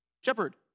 shepherd